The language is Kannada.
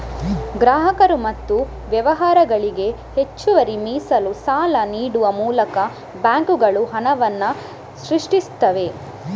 ಗ್ರಾಹಕರು ಮತ್ತು ವ್ಯವಹಾರಗಳಿಗೆ ಹೆಚ್ಚುವರಿ ಮೀಸಲು ಸಾಲ ನೀಡುವ ಮೂಲಕ ಬ್ಯಾಂಕುಗಳು ಹಣವನ್ನ ಸೃಷ್ಟಿಸ್ತವೆ